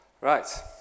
right